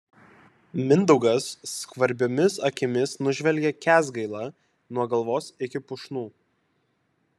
mindaugas skvarbiomis akimis nužvelgia kęsgailą nuo galvos iki pušnų